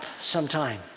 sometime